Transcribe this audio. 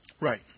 Right